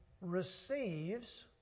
receives